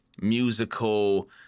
musical